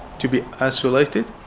to be isolated.